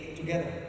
together